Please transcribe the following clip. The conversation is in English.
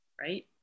right